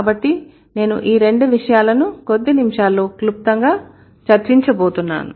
కాబట్టి నేను ఈ రెండు విషయాలను కొద్ది నిమిషాల్లో క్లుప్తంగా చర్చించబోతున్నాను